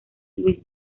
luis